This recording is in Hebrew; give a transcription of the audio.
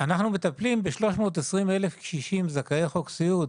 אנחנו מטפלים בכ-320 אלף קשישים, זכאי חוק סיעוד.